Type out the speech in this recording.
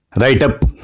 write-up